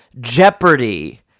Jeopardy